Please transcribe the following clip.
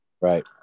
Right